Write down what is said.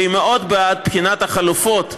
והיא מאוד בעד בחינת החלופות,